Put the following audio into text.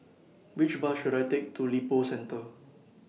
Which Bus should I Take to Lippo Centre